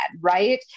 Right